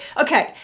okay